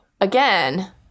again